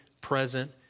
present